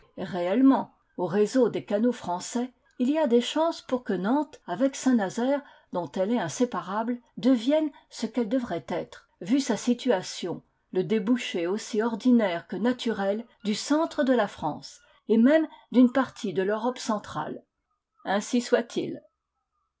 réellement au réseau des canaux français il y a des chances pour que nantes avec saint-nazaire dont elle est inséparable devienne ce qu'elle devrait être vu sa situation le débouché aussi ordinaire que naturel du centre de la france et même d'une partie de l'europe centrale ainsi soit-il